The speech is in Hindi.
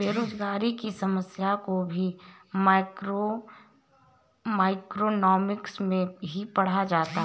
बेरोजगारी की समस्या को भी मैक्रोइकॉनॉमिक्स में ही पढ़ा जाता है